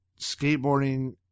skateboarding